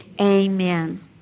Amen